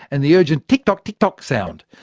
and the urgent tick-tock-tick-tock sound.